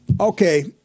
okay